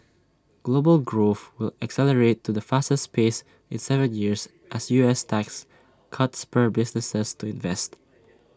global growth will accelerate to the fastest pace in Seven years as U S tax cuts spur businesses to invest